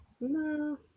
no